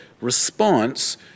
response